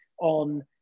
on